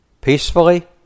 Peacefully